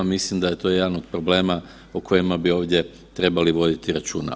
Mislim da je to jedan od problema o kojima bi ovdje trebali voditi računa.